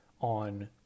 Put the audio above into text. on